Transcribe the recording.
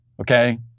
Okay